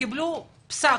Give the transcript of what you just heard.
קיבלו פסק,